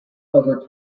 over